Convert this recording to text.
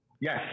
Yes